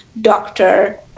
doctor